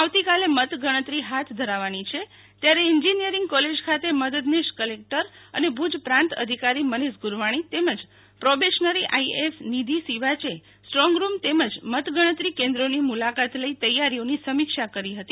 આવતીકાલે મતગણતરી હાથ ધરાવાની છે ત્યારે ઈન્જીનીયરીંગ કોલેજ ખાતે મદદનીશ કલેકટર અને ભુજ પ્રાંત અધિકારી માનીશ ગુર્વાની તેમજ પ્રોબેશન આઈએએસ નિધિ સીવાચે સ્ટ્રોંગ રૂમ તેમજ મતગણતરી કેન્દ્રોની મુલાકાત લઇ તૈયારીઓની સમીક્ષા કરી હતી